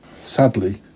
sadly